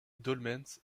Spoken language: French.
dolmens